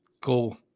go